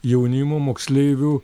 jaunimo moksleivių